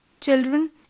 Children